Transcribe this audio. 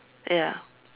ya